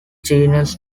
genus